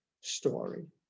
story